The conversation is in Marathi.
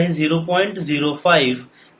05 20014 ms तर हे असणार आहे 0